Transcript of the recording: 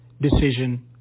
decision